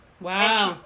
Wow